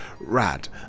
rad